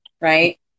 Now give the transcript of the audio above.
right